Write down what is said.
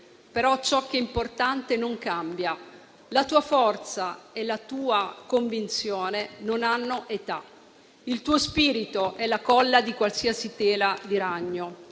Però ciò che è importante non cambia; la tua forza e la tua convinzione non hanno età. Il tuo spirito è la colla di qualsiasi tela di ragno.